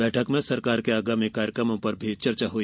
बैठक में सरकार के आगामी कार्यक्रमों पर भी चर्चा हुई